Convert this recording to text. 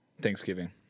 Thanksgiving